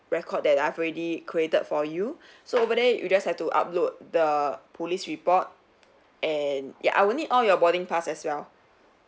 record that I've already created for you so but then you just have to upload the police report and ya I would need all your boarding pass as well